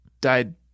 died